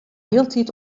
hieltyd